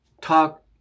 talk